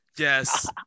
Yes